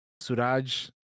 Suraj